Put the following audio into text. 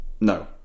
no